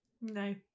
No